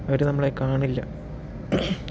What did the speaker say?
അവര് നമ്മളെ കാണില്ല